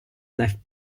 left